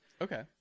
okay